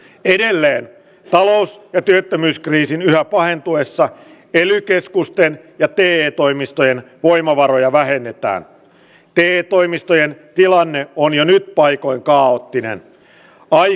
edelleen talous ja työttömyyskriisin pahentuessa ely keskusten ja teen toimistojen voimavaroja vähennetään beetoimistojen tilanne on jäänyt paikoin kaaottinen oli